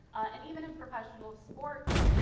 and even in professional sports,